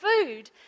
food